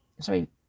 sorry